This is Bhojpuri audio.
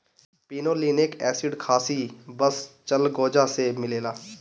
पिनोलिनेक एसिड खासी बस चिलगोजा से मिलेला